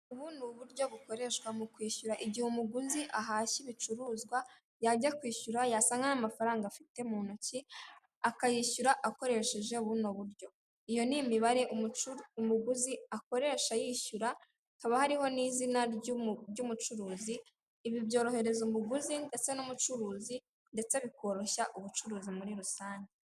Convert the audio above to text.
Ubu ni uburyo bukoreshwa mukwishyura, igihe umuguzi ahashye ibicuruzwa yajya kwishyura yasanga ntamafaranga afite muntoki akayishyura akoresheje buno buryo, iyo ni imibare umuguzi akoresha yishyura, haba hariho nizina ry'umucuruzi, ibi byorohereza umuguzi ndetse n'umucuruzi ndetse bikoroshya ubucuruzi muri rusange.